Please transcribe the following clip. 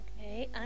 Okay